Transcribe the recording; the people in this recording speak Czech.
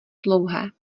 dlouhé